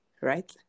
right